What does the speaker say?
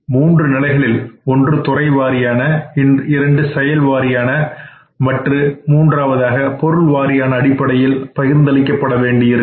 மூன்று நிலைகளில் ஒன்று துறைவாரியான இரண்டு செயல் வாரியான மற்றும் மூன்று பொருள் வாரியான அடிப்படையில் பகிர்ந்தளிக்கப்பட வேண்டியிருக்கும்